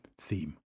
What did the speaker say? theme